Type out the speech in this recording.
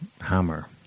hammer